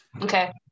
Okay